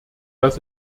dass